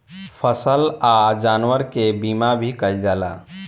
फसल आ जानवर के बीमा भी कईल जाला